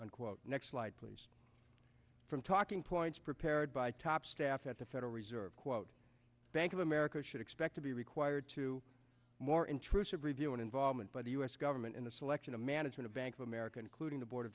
unquote next slide please from talking points prepared by top staff at the federal reserve quote bank of america should expect to be required to more intrusive review and involvement by the u s government in the selection of management of bank of america including the board of